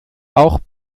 auch